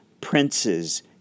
princes